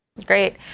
Great